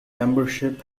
membership